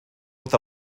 with